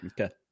Okay